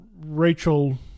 rachel